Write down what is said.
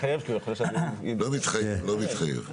לא מתחייב.